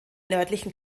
nördlichen